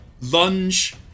lunge